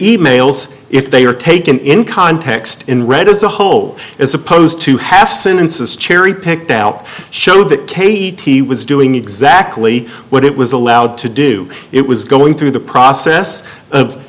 emails if they are taken in context in read as a whole as opposed to half sentences cherry picked out showed that k d t was doing exactly what it was allowed to do it was going through the process of